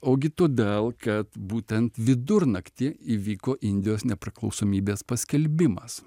ogi todėl kad būtent vidurnaktį įvyko indijos nepriklausomybės paskelbimas